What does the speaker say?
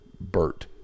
BERT